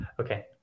okay